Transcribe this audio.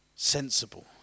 sensible